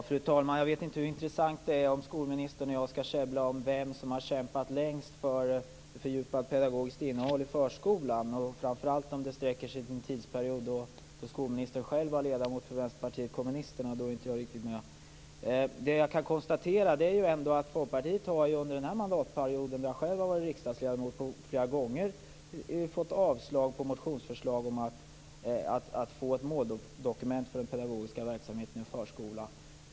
Fru talman! Jag vet inte hur intressant det är om skolministern och jag skall käbbla om vem som har kämpat längst för ett fördjupat pedagogiskt innehåll i förskolan, framför allt om det går tillbaka till en tid då skolministern själv var ledamot för Vänsterpartiet kommunisterna, då jag inte riktigt var med. Det jag kan konstatera är ändå att Folkpartiet under den mandatperiod då jag själv har varit riksdagsledamot flera gånger har fått avslag på motionsförslag om ett måldokument för den pedagogiska verksamheten i förskolan.